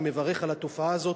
אני מברך על התופעה הזאת,